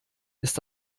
ist